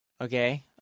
okay